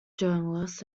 journalist